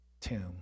tomb